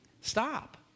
Stop